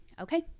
Okay